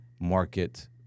market